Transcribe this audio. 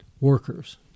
workers